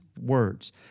words